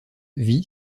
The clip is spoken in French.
vit